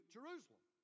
Jerusalem